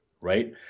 Right